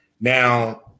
Now